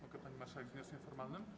Mogę, pani marszałek, z wnioskiem formalnym?